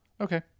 Okay